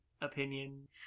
opinion